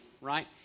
right